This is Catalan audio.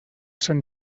sant